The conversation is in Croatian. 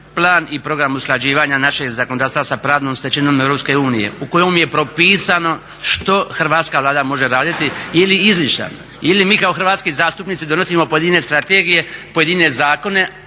plan i program usklađivanja našeg zakonodavstva sa pravnom stečevinom EU u kojoj je propisano što hrvatska Vlada može raditi ili izličan ili mi kao hrvatski zastupnici donosimo pojedine strategije, pojedine zakone